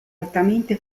altamente